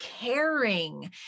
caring